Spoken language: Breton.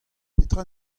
petra